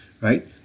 right